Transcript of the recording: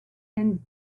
and